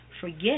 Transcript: forget